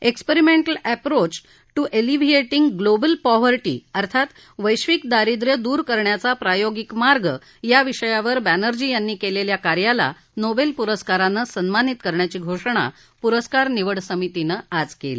experimental approach to alleviating global poverty अर्थात वैश्विक दारिद्र्य दूर करण्याचा प्रायोगिक मार्ग या विषयावर बॅनर्जी यांनी केलेल्या कार्याला नोबेल पुरस्कारानं सन्मानित करण्याची घोषणा पुरस्कार निवड समितीनं आज केली